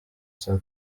saa